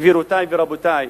גבירותי ורבותי,